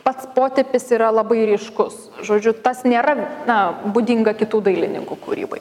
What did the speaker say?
pats potėpis yra labai ryškus žodžiu tas nėra na būdinga kitų dailininkų kūrybai